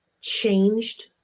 changed